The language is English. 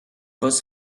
was